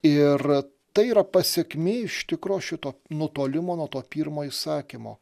ir tai yra pasekmė iš tikro šito nutolimo nuo to pirmo įsakymo